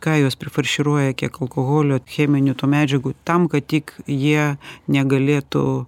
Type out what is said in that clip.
ką jos prifarširuoja kiek alkoholio cheminių medžiagų tam kad tik jie negalėtų